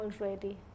already